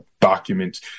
documents